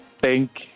Thank